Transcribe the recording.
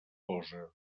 posa